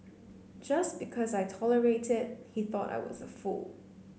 just because I tolerated he thought I was a fool